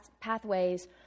pathways